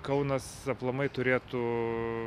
kaunas aplamai turėtų